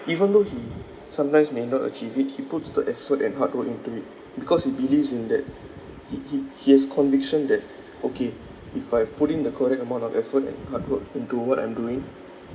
even though he sometimes may not achieve it he puts the effort and hard work into it because he believes in that he he he has conviction that okay if I put in the correct amount of effort and hard work into what I'm doing